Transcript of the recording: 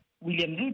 William